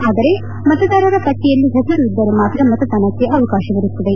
ಆದರೆ ಮತದಾರರ ಪಟ್ಟಿಯಲ್ಲಿ ಹೆಸರು ಇದ್ದರೆ ಮಾತ್ರ ಮತದಾನಕ್ಕೆ ಅವಕಾಶವಿರುತ್ತದೆ